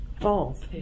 False